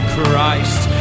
Christ